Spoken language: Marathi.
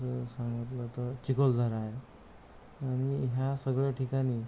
अजून सांगितलं तर चिखलदरा आहे आणि ह्या सगळ्या ठिकाणी